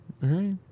right